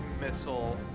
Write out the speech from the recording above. Missile